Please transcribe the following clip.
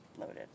loaded